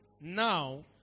Now